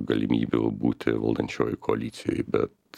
galimybių būti valdančiojoj koalicijoj bet